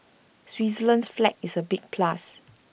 Switzerland's flag is A big plus